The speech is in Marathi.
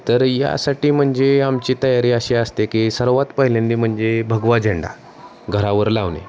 तर यासाठी म्हणजे आमची तयारी अशी असते की सर्वात पहिल्यांदा म्हणजे भगवा झेंडा घरावर लावणे